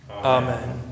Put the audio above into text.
Amen